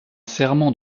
serment